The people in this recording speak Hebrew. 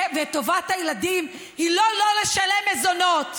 וטובת הילדים היא לא לא לשלם מזונות.